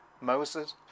Moses